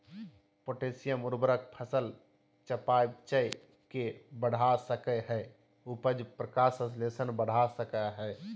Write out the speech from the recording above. potassium उर्वरक फसल चयापचय के बढ़ा सकई हई, उपज, प्रकाश संश्लेषण बढ़ा सकई हई